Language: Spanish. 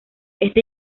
este